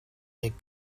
big